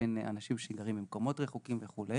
בין אנשים שגרים במקומות רחוקים וכו'.